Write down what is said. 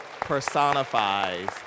personifies